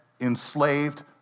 enslaved